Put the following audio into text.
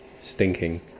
stinking